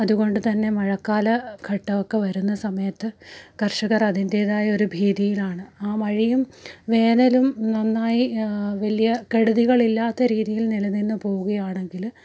അതുകൊണ്ട് തന്നെ മഴക്കാല ഘട്ടമൊക്കെ വരുന്ന സമയത്ത് കർഷകർ അതിൻ്റേതായ ഒരു ഭീതിയിലാണ് ആ മഴയും വേനലും നന്നായി വലിയ കെടുതികളില്ലാത്ത രീതിയിൽ നിലനിന്ന് പോവുകയാണെങ്കിൽ